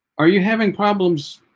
are you having problems